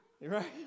right